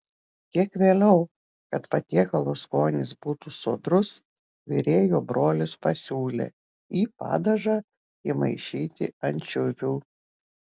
kiek vėliau kad patiekalo skonis būtų sodrus virėjo brolis pasiūlė į padažą įmaišyti ančiuvių